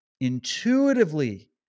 intuitively